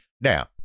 Now